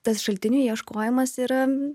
tas šaltinių ieškojimas yra